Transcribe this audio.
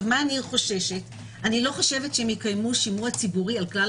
אני לא חושבת שהם יקיימו שימוע ציבורי על כלל